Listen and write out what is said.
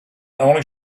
only